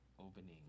opening